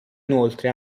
inoltre